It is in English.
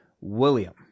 William